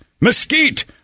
Mesquite